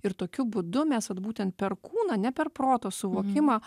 ir tokiu būdu mes vat būtent per kūną ne per proto suvokimą